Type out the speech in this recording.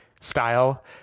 style